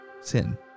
sin